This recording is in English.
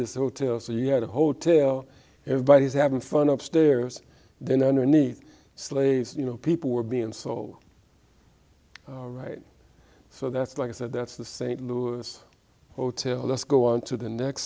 this hotel so you had a hotel everybody is having fun upstairs then underneath slaves you know people were being sold all right so that's like i said that's the st louis hotel let's go on to the next